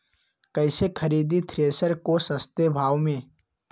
कैसे खरीदे थ्रेसर को सस्ते भाव में?